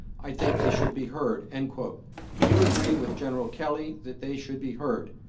i think they should be heard. and do you agree with general kelly that they should be heard.